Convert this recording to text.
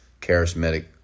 charismatic